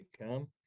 come